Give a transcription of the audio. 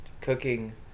cooking